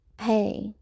hey